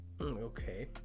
okay